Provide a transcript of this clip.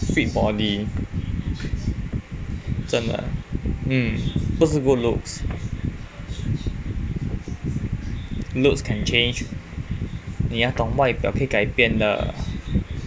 fit body 真的嗯不是 good looks looks can change 你要懂外表可以改变的